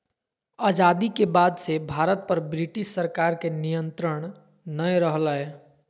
आजादी के बाद से भारत पर ब्रिटिश सरकार के नियत्रंण नय रहलय